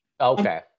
Okay